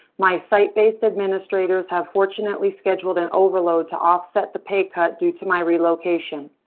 my site based administrators have fortunately scheduled an overload to offset the pay cut due to my relocation.